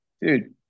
dude